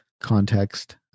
context